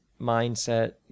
mindset